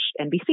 NBC